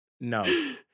no